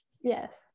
yes